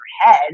head